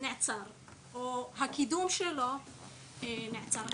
נעצר והקידום שלו נעצר.